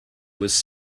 was